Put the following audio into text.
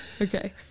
Okay